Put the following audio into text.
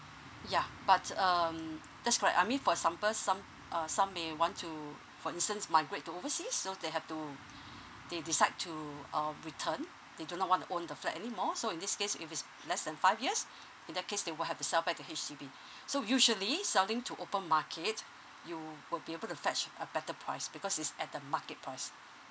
yeah but um that's correct I mean for example some uh some may want to for instance migrate to overseas so they have to they decide to uh return they do not want to own the flat anymore so in this case if it's less than five years in that case they will have to sell back to H_D_B so usually selling to open market you will be able to fetch a better price because is at the market price